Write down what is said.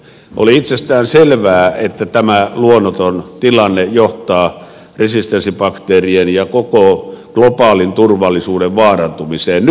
oli itsestään selvää että tämä luonnoton tilanne johtaa resistenssibakteerien ja koko globaalin turvallisuuden vaarantumiseen